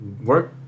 work